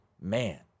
man